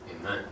Amen